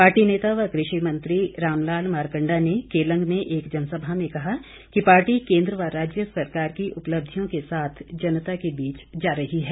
party नेता व कृषि मंत्री रामलाल मारकंडा ने केलंग में एक जनसभा में कहा कि पार्टी केंद्र व राज्य सरकार की उपलिब्धयों के साथ जनता के बीच जा रही है